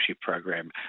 program